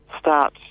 start